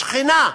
שכנה,